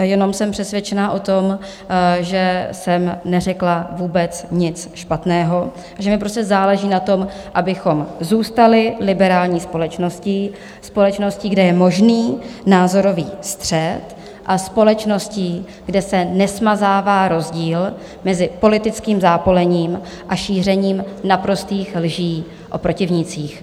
Jenom jsem přesvědčená o tom, že jsem neřekla vůbec nic špatného, že mi prostě záleží na tom, abychom zůstali liberální společností, společností, kde je možný názorový střet, a společností, kde se nesmazává rozdíl mezi politickým zápolením a šířením naprostých lží o protivnících.